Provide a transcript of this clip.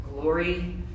glory